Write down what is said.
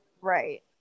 Right